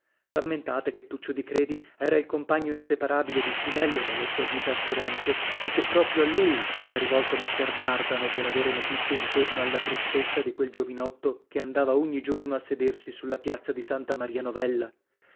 rammentate che tuccio di credi era il compagno inseparabile di spinello nella sua gita a firenze e che proprio a lui si era rivolto messer dardano per avere notizie intorno alla tristezza di quel giovinotto che andava ogni giorno a sedersi sulla piazza di santa maria novella